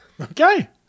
Okay